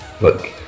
look